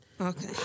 Okay